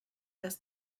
dass